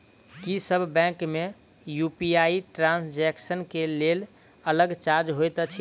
की सब बैंक मे UPI transaction केँ लेल अलग चार्ज होइत अछि?